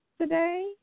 Today